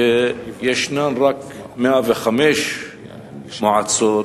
שיש רק 105 מועצות